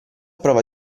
prova